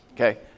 Okay